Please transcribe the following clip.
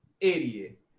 Idiot